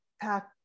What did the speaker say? pack